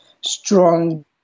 strong